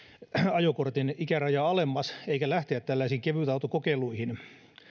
ajokortin ikärajaa alemmas eikä lähteä tällaisiin kevytautokokeiluihin